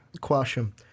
question